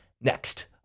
Next